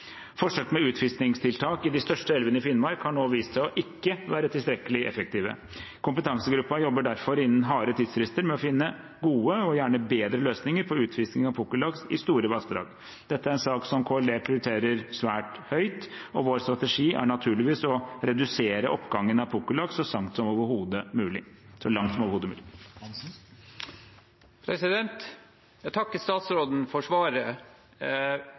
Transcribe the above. med utfiskingstiltak i de største elvene i Finnmark har nå vist seg ikke å være tilstrekkelig effektive. Kompetansegruppen jobber derfor innenfor harde tidsfrister med å finne gode og gjerne bedre løsninger på utfisking av pukkellaks i store vassdrag. Dette er en sak som Klima- og miljødepartementet prioriterer svært høyt, og vår strategi er naturligvis å redusere oppgangen i pukkellaksbestanden, så langt det overhodet er mulig. Jeg takker statsråden for svaret. Det er riktig som statsråden